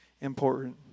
important